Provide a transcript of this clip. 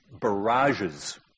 barrages